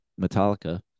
Metallica